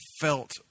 felt